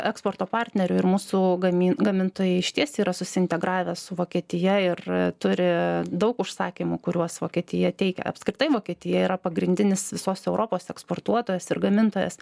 eksporto partnerių ir mūsų gamin gamintojai išties yra susiintegravę su vokietija ir turi daug užsakymų kuriuos vokietija teikia apskritai vokietija yra pagrindinis visos europos eksportuotojas ir gamintojas